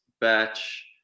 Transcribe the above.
batch